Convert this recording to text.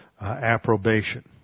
approbation